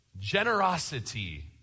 Generosity